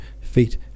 feet